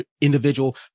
individual